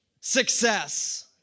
success